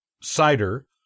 cider